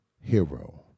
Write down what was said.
hero